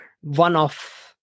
one-off